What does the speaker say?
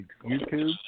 YouTube